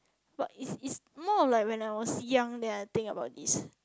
but if if more like when I was young than I think about this